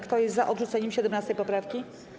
Kto jest za odrzuceniem 17. poprawki?